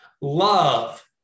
Love